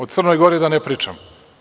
O Crnoj Gori da ne pričam.